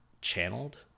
channeled